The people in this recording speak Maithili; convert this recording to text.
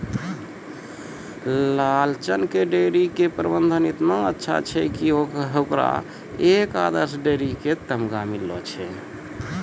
लालचन के डेयरी के प्रबंधन एतना अच्छा छै कि होकरा एक आदर्श डेयरी के तमगा मिललो छै